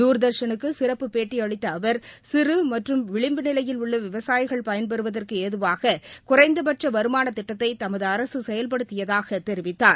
தூர்தர்ஷனுக்கு சிறப்புப் பேட்டியளித்த அவர் சிறு மற்றும் விளிம்பு நிலையில் உள்ள விவசாயிகள் பயன்பெறுவதற்கு ஏதுவாக குறைந்தபட்ச வருமான திட்டத்தை தமது அரசு செயல்படுத்தியதாகத் தெரிவித்தார்